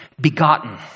begotten